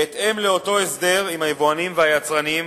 בהתאם לאותו הסדר עם היבואנים והיצרנים,